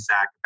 Zach